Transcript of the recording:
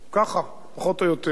ככה, פחות או יותר.